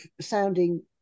sounding